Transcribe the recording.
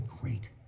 great